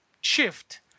shift